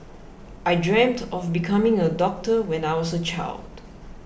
I dreamt of becoming a doctor when I was a child